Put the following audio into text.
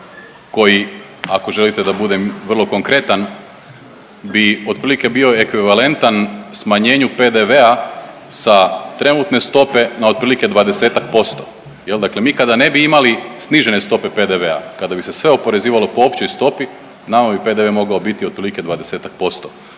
koji ako želite da budem vrlo konkretan bi otprilike bio ekvivalentan smanjenju PDV sa trenutne stope na otprilike 20-ak posto, jel dakle mi kada ne bi imali snižene stope PDV-a, kada bi se sve oporezivalo po općoj stopi nama bi PDV mogao biti otprilike 20-ak